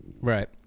Right